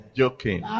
joking